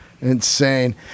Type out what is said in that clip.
insane